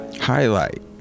highlight